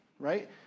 right